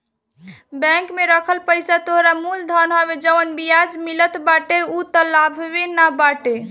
bank में रखल पईसा तोहरा मूल धन हवे जवन बियाज मिलत बाटे उ तअ लाभवे न बाटे